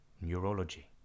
neurology